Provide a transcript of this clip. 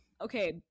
okay